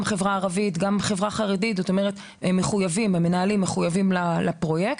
גם כולל חרדים וערבים וכל המנהלים מחויבים לפרויקט.